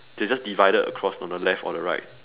they're just divided across on the left or the right